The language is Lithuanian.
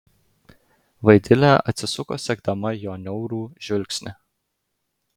vaidilė atsisuko sekdama jo niaurų žvilgsnį